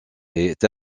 est